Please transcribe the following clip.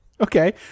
Okay